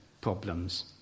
problems